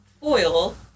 foil